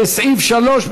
לסעיף 3,